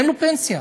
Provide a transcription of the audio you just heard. אין להם פנסיה.